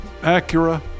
Acura